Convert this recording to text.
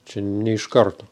čia ne iš karto